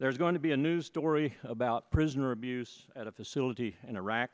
there's going to be a news story about prisoner abuse at a facility in iraq